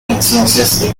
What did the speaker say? ciencias